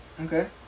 Okay